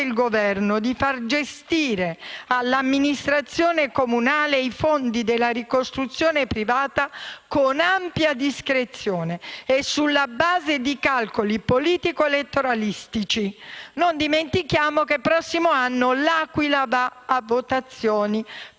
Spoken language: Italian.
del Governo di far gestire all'amministrazione comunale i fondi della ricostruzione privata con ampia discrezione e sulla base di calcoli politico-elettoralistici. Non dimentichiamo che il prossimo anno a L'Aquila si voterà